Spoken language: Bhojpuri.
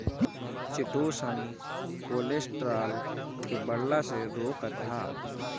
चिटोसन कोलेस्ट्राल के बढ़ला से रोकत हअ